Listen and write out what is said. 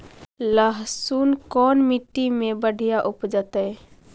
लहसुन कोन मट्टी मे बढ़िया उपजतै?